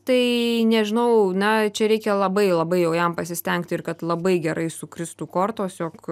tai nežinau na čia reikia labai labai jau jam pasistengti ir kad labai gerai sukristų kortos jog